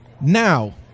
Now